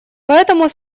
поэтому